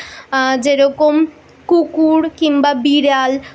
যেরকম কুকুর কিম্বা বিড়াল